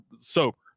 sober